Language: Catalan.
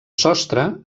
sostre